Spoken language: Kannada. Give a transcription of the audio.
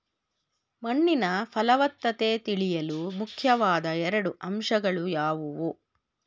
ಮಣ್ಣಿನ ಫಲವತ್ತತೆ ತಿಳಿಯಲು ಮುಖ್ಯವಾದ ಎರಡು ಅಂಶಗಳು ಯಾವುವು?